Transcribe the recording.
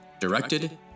directed